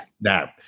Now